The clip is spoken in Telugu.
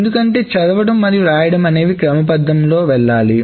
ఎందుకంటే చదవడం మరియు రాయడం అనేవి క్రమపద్ధతిలో వెళ్లాలి